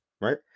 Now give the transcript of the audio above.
right